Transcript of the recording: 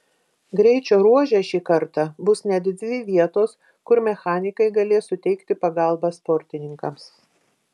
greičio ruože šį kartą bus net dvi vietos kur mechanikai galės suteikti pagalbą sportininkams